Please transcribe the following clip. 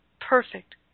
perfect